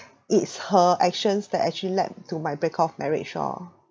it's her actions that actually led to my break off marriage orh